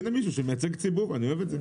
הנה מישהו שמייצג ציבור, אני אוהב את זה.